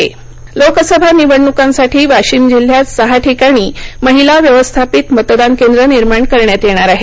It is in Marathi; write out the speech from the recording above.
सखी मतदान केंद्र लोकसभा निवडणुकांसाठी वाशिम जिल्ह्यात सहा ठिकाणी महिला व्यवस्थापित मतदान केंद्र निर्माण करण्यात येणार आहे